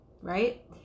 right